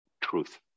truth